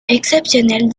exceptionnelle